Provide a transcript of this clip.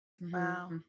Wow